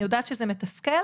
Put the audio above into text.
אני יודעת שזה מתסכל,